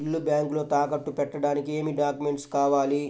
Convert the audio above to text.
ఇల్లు బ్యాంకులో తాకట్టు పెట్టడానికి ఏమి డాక్యూమెంట్స్ కావాలి?